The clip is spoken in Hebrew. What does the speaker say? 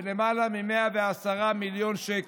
של למעלה מ-110 מיליון שקל,